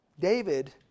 David